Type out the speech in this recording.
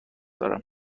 دارم